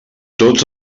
tots